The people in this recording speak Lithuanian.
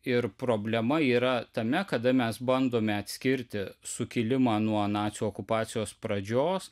ir problema yra tame kada mes bandome atskirti sukilimą nuo nacių okupacijos pradžios